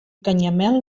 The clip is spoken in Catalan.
canyamel